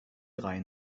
drei